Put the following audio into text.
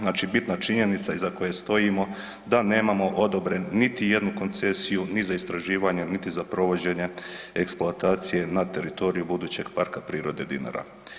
Znači bitna činjenica iza koje stojimo da nemamo odobren niti jednu koncesiju ni za istraživanje niti za provođenje eksploatacije na teritoriju budućeg Parka prirode Dinara.